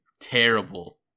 terrible